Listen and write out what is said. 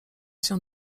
się